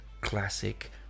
classic